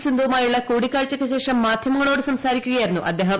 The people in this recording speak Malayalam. സിന്ധുവുമായുളള കൂടിക്കാഴ്ചയ്ക്ക് ശേഷം മാധ്യമങ്ങളോട് സംസാരിക്കുകയായിരുന്നു അദ്ദേഹം